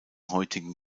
heutigen